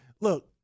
Look